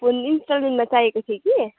phone इन्सटलमेन्टमा चाहिएको थियो कि